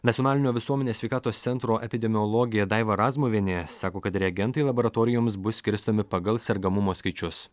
nacionalinio visuomenės sveikatos centro epidemiologė daiva razmuvienė sako kad reagentai laboratorijoms bus skirstomi pagal sergamumo skaičius